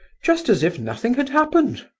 just as if nothing had happened!